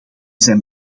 zijn